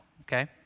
Okay